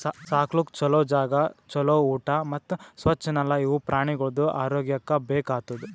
ಸಾಕ್ಲುಕ್ ಛಲೋ ಜಾಗ, ಛಲೋ ಊಟಾ ಮತ್ತ್ ಸ್ವಚ್ ನೆಲ ಇವು ಪ್ರಾಣಿಗೊಳ್ದು ಆರೋಗ್ಯಕ್ಕ ಬೇಕ್ ಆತುದ್